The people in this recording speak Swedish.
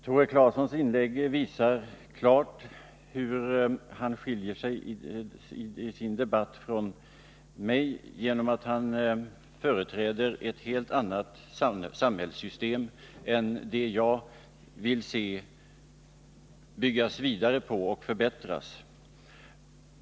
Herr talman! Tore Claesons inlägg visar klart att han förespråkar ett helt annat samhällssystem än det jag vill att vi skall bygga vidare på och förbättra.